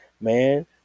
man